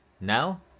Now